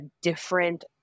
different